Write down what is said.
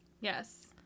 Yes